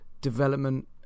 development